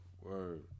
word